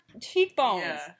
cheekbones